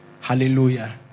Hallelujah